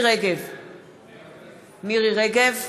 מירי רגב,